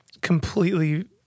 completely